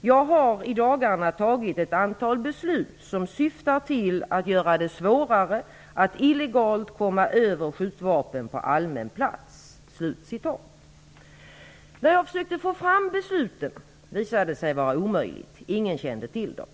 "Jag har i dagarna tagit ett antal beslut som syftar till att göra det svårare att illegalt komma över skjutvapen på allmän plats". När jag försökte få fram besluten visade det sig vara omöjligt. Ingen kände till dem.